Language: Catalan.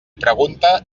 pregunta